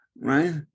right